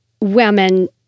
women